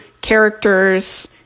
characters